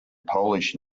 polish